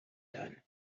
done